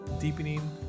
deepening